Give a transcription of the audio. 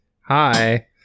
Hi